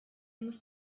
muss